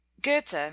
Goethe